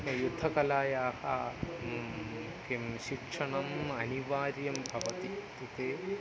युद्धकलायाः किं शिक्षणम् अनिवार्यं भवति इत्युक्ते